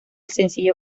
sencillo